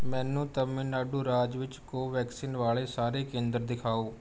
ਮੈਨੂੰ ਤਾਮਿਲਨਾਡੂ ਰਾਜ ਵਿੱਚ ਕੋਵੈਕਸਿਨ ਵਾਲੇ ਸਾਰੇ ਕੇਂਦਰ ਦਿਖਾਓ